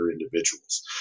individuals